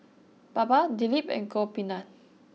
Baba Dilip and Gopinath